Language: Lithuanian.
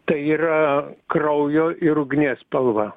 tai yra kraujo ir ugnies spalva